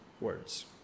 words